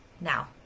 now